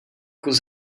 kus